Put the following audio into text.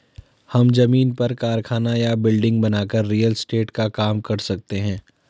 हम जमीन पर कारखाना या बिल्डिंग बनाकर रियल एस्टेट का काम कर सकते है